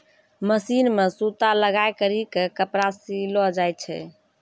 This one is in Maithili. मशीन मे सूता लगाय करी के कपड़ा सिलो जाय छै